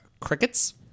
crickets